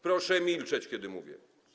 Proszę milczeć, kiedy mówię.